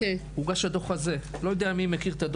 הוגש הדוח הזה אני לא יודע מי מכיר אותו